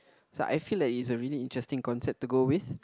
so I feel like is a really interesting concept to go with